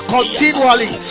Continually